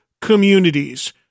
Communities